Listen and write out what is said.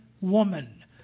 woman